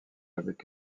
avec